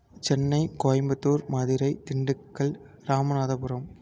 Chennai Coimbatore Madurai Dindigul Ramanathapuram